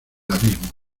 abismo